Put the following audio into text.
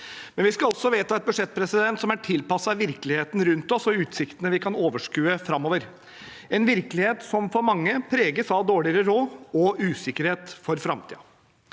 Men vi skal også vedta et budsjett som er tilpasset virkeligheten rundt oss og utsiktene vi kan overskue framover, en virkelighet som for mange preges av dårligere råd og usikkerhet for framtiden.